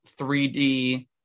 3d